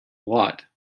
lot